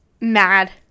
mad